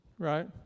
right